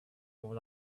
more